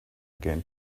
again